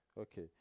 Okay